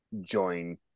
join